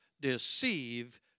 Deceive